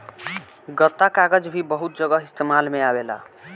गत्ता कागज़ भी बहुत जगह इस्तेमाल में आवेला